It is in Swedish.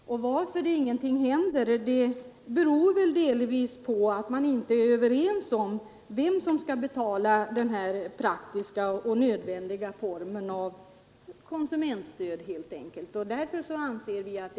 Att ingenting händer beror väl delvis på att man inte är överens om vem som skall betala den här praktiska och nödvändiga formen av konsumentstöd.